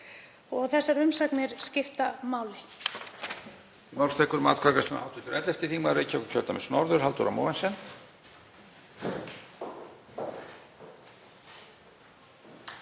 og þessar umsagnir skipta máli.